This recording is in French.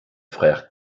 frère